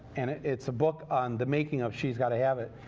and it's a book on the making of she's gotta have it.